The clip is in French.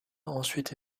ensuite